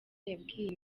yabwiye